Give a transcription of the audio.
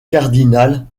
cardinal